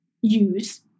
use